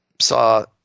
saw